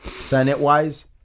Senate-wise